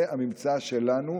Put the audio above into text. זה הממצא שלנו,